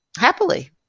happily